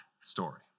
story